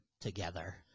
together